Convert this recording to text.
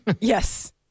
Yes